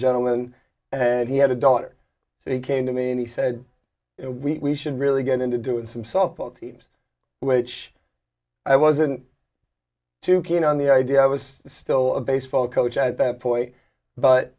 gentleman and he had a daughter so he came to me and he said we should really get into doing some softball teams which i wasn't too keen on the idea i was still a baseball coach at that point but